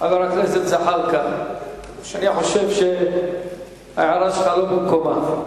חבר הכנסת זחאלקה, אני חושב שההערה שלך לא במקומה.